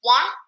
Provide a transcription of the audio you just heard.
One